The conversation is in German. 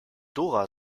dora